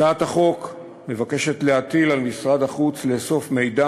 הצעת החוק מבקשת להטיל על משרד החוץ לאסוף "מידע